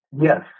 Yes